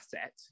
asset